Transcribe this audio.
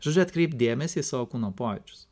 žodžiu atkreipk dėmesį į savo kūno pojūčius